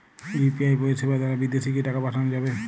UPI পরিষেবা দারা বিদেশে কি টাকা পাঠানো যাবে?